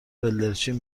بلدرچین